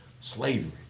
slavery